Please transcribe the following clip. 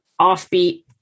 offbeat